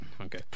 Okay